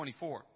24